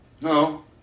No